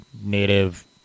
native